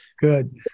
good